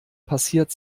passiert